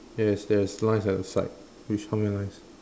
yes there's lines at your side which how many lines